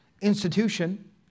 institution